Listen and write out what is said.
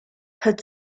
had